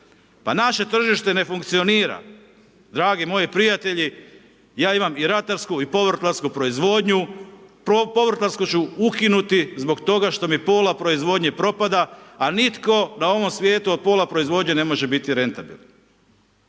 Pa naše tržište ne funkcionira. Dragi moji prijatelji, ja imam i ratarsku i povrtlarsku proizvodnju. Povrtlarsku ću ukinuti zbog toga što mi pola proizvodnje propada, a nitko na ovom svijetu od pola proizvodnje ne može biti rentabilan.